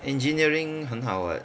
engineering 很好 [what]